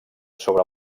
sobre